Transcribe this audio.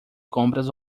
compras